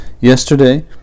Yesterday